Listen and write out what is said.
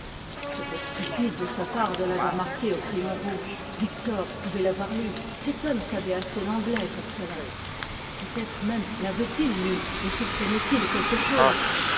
c'était stupide de sa part de l'avoir marqué au crayon rouge victor pouvait l'avoir lu cet homme savait assez l'anglais pour cela peut-être même l'avait-il lu et soupçonnait il quelque chose